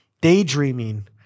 daydreaming